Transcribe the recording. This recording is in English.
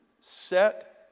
set